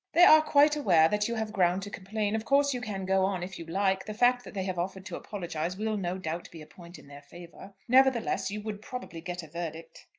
they are quite aware that you have ground to complain. of course you can go on if you like. the fact that they have offered to apologise will no doubt be a point in their favour. nevertheless you would probably get a verdict.